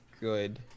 good